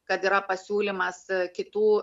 kad yra pasiūlymas kitų